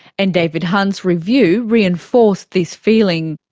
and david hunt's review reinforced this feeling.